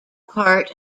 part